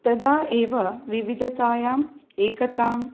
तदा एव विविधतायां एकतां